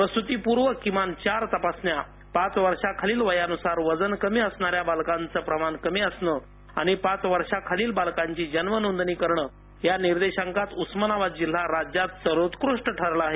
प्रसूती पूर्व किमान चार तपासण्या पाच वर्षाखालील वयानुसार वजन कमी असणाऱ्या बालकांचे प्रमाण कमी असणे आणि पाच वर्षाखालील बालकांची जन्म नोंदणी करणं या निर्देशांकात उस्मानाबाद जिल्हा राज्यात सर्वोत्कृष्ट ठरला आहे